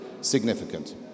significant